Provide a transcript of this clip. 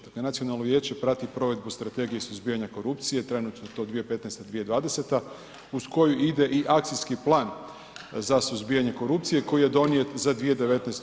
Dakle, nacionalno vijeće prati provedbu strategije i suzbijanja korupcije, trenutno je to 2015.-2020. uz koju ide i akcijski plan za suzbijanje korupcije koji je donijet za 2019.